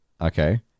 Okay